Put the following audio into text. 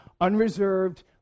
unreserved